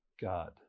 God